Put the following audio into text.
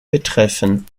betreffen